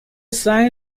sign